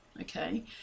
Okay